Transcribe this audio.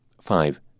Five